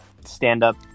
stand-up